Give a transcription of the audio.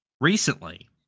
Recently